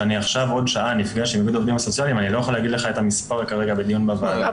כשאני עודה שעה נפגש עם איגוד העובדים הסוציאליים,